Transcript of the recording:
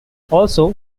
also